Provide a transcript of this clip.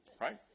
Right